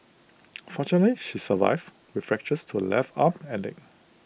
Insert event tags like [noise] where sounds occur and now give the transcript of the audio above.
[noise] fortunately she survived with fractures to left arm and leg